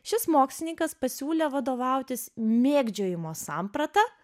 šis mokslininkas pasiūlė vadovautis mėgdžiojimo samprata